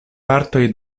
partoj